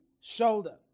shoulder